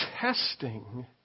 testing